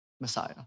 Messiah